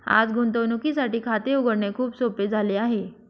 आज गुंतवणुकीसाठी खाते उघडणे खूप सोपे झाले आहे